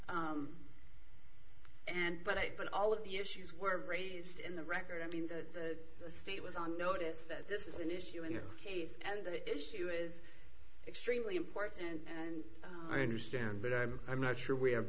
and but i put all of the issues were raised in the record i mean the state was on notice that this is an issue in this case and that issue is extremely important and i understand but i'm i'm not sure we have